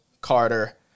Carter